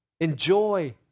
Enjoy